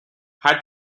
had